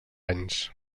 anys